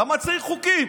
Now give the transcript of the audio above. למה צריך חוקים?